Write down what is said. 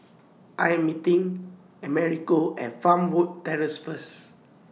I Am meeting Americo At Fernwood Terrace First